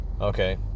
Okay